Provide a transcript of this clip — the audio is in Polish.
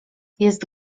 jest